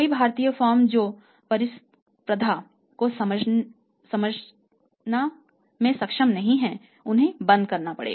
कई भारतीय फर्म जो प्रतिस्पर्धा का सामना करने में सक्षम नहीं थीं उन्हें बंद करना पड़ा